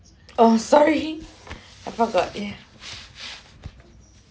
oh sorry I forgot ya